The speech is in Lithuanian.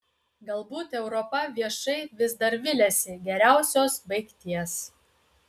galbūt europa viešai vis dar viliasi geriausios baigties